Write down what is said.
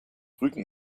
rügen